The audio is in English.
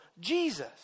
Jesus